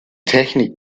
technik